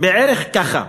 בערך ככה,